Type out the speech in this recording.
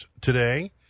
today